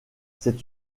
c’est